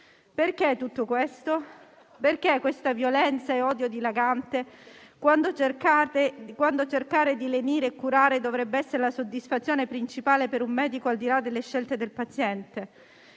Perché tutto questo? Perché questa violenza e odio dilagante, quando cercare di lenire e curare dovrebbe essere la soddisfazione principale per un medico, al di là delle scelte del paziente?